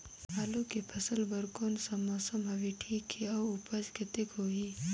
आलू के फसल बर कोन सा मौसम हवे ठीक हे अउर ऊपज कतेक होही?